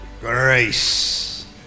grace